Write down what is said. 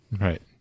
right